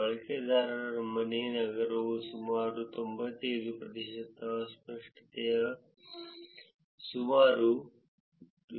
ಬಳಕೆದಾರರ ಮನೆ ನಗರವು ಸುಮಾರು 95 ಪ್ರತಿಶತ ಅಸ್ಪಷ್ಟತೆಯು ಸುಮಾರು 2